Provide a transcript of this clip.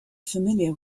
familiar